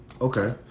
Okay